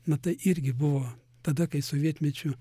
na tai irgi buvo tada kai sovietmečiu